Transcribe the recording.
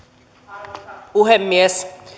arvoisa puhemies